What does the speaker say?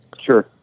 Sure